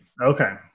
Okay